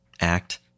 Act